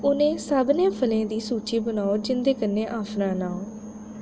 उ'नें सभनें फलें दी सूची बनाओ जिं'दे कन्नै ऑफरां न होन